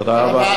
תודה רבה.